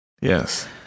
Yes